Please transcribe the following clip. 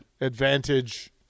Advantage